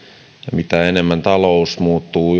mitä enemmän talous muuttuu